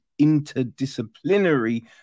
interdisciplinary